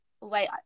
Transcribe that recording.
Wait